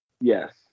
Yes